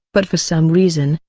but for some reason,